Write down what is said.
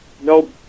no